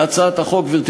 להצעת החוק, גברתי